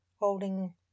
holding